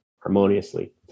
harmoniously